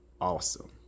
awesome